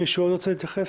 מישהו עוד רוצה להתייחס.